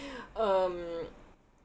um